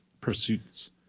pursuits